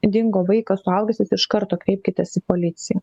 dingo vaikas suaugęs jūs iš karto kreipkitės į policiją